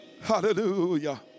Hallelujah